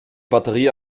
batterie